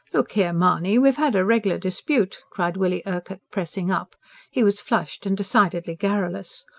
look here, mahony, we've had a reg'lar dispute, cried willie urquhart pressing up he was flushed and decidedly garrulous.